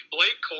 Blake